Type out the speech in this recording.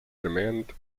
demand